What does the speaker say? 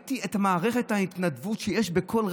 וראיתי את מערכת ההתנדבות שיש בכול.